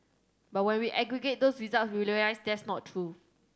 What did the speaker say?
but when we aggregate those results we realise that's not true